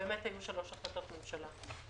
היו שלוש החלטות ממשלה.